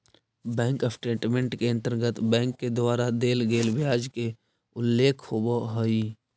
bank statement के अंतर्गत bank के द्वारा देल गेल ब्याज के उल्लेख होवऽ हइ